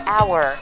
Hour